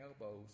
elbows